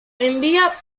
envía